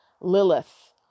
Lilith